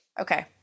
Okay